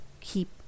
keep